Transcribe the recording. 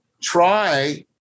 try